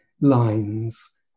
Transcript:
lines